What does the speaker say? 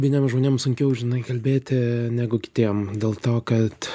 vieniem žmonėms sunkiau žinai kalbėti negu kitiem dėl to kad